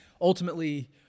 ultimately